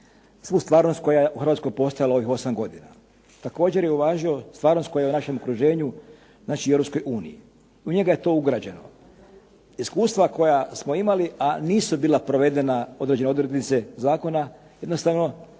svu stvarnost koja je u Hrvatskoj postojala ovih 8 godina. Također je uvažio stvarnost koja je u našem okruženju, znači i u Europskoj uniji. U njega je to ugrađeno. Iskustva koja smo imali, a nisu bila provedena određene odrednice zakona jednostavno